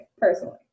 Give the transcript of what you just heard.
personally